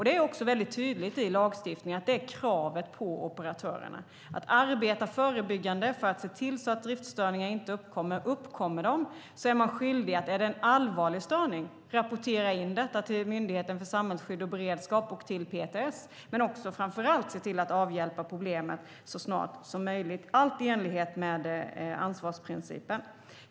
Det är också väldigt klart i lagstiftningen att det är kravet på operatörerna. De ska arbeta förebyggande för att se till att driftstörningar inte uppkommer. Om de uppkommer och det är en allvarlig störning är man skyldig att rapportera in det till Myndigheten för samhällsskydd och beredskap och till PTS och framför allt se till att avhjälpa problemet så snart som möjligt, allt i enlighet med ansvarsprincipen.